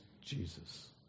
Jesus